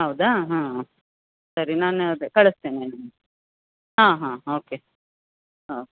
ಹೌದಾ ಹಾಂ ಸರಿ ನಾನು ಅದೇ ಕಳಿಸ್ತೇನೆ ನಿಮ್ಮ ಹಾಂ ಹಾಂ ಓಕೆ ಹಾಂ